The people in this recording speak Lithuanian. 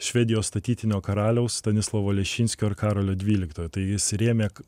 švedijos statytinio karaliaus stanislovo leščinskio ir karolio dvyliktojo tai jis rėmė